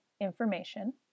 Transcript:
information